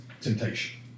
temptation